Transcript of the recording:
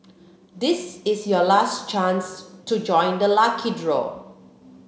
this is your last chance to join the lucky draw